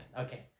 Okay